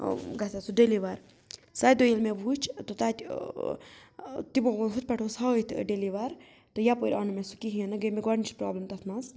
گژھِ ہا سُہ ڈیٚلِوَر سَتہِ دۄہہِ ییٚلہِ مےٚ وٕچھ تہٕ تَتہِ تِمو ووٚن ہُتھ پٮ۪ٹھ اوس ہٲیِتھ ڈیٚلِوَر تہٕ یَپٲرۍ آو نہٕ مےٚ سُہ کِہیٖنۍ نہٕ گٔے مےٚ گۄڈنِچ پرٛابلِم تَتھ منٛز